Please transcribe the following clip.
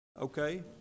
Okay